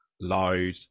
loud